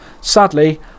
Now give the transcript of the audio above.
Sadly